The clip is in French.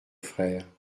frère